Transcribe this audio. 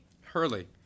Hurley